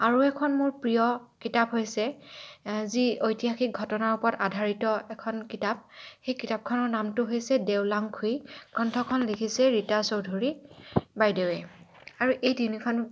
আৰু এখন মোৰ প্ৰিয় কিতাপ হৈছে যি ঐতিহাসিক ঘটনাৰ ওপৰত আধাৰিত এখন কিতাপ সেই কিতাপখনৰ নামটো হৈছে দেওলাংখুই গ্ৰন্থখন লিখিছে ৰীতা চৌধুৰী বাইদেৱে আৰু এই তিনিখন